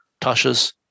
Tasha's